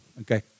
Okay